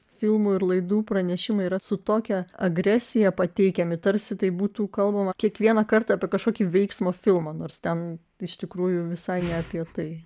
filmų ir laidų pranešimai yra su tokia agresija pateikiami tarsi tai būtų kalbama kiekvieną kartą apie kažkokį veiksmo filmą nors ten iš tikrųjų visai apie tai